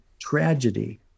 tragedy